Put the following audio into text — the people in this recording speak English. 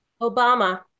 Obama